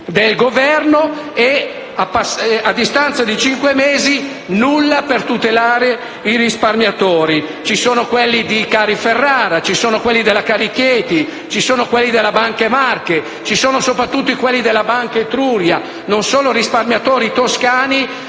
del Governo e, a distanza di cinque mesi, non fa nulla per tutelare i risparmiatori. Ci sono quelli di CariFerrara, ci sono quelli della CariChieti, quelli della Banca Marche e soprattutto quelli della Banca Etruria che non sono solo risparmiatori toscani,